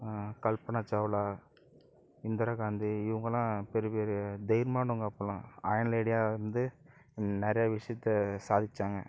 கல்பனா சாவ்லா இந்திரா காந்தி இவங்களாம் பெரிய பெரிய தைரியமானவங்க அப்போலாம் அயர்ன் லேடியாக இருந்து நிறையா விஷியத்தை சாதிச்சாங்க